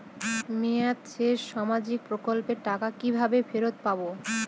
মেয়াদ শেষে সামাজিক প্রকল্পের টাকা কিভাবে ফেরত পাবো?